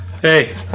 Hey